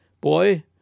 Boy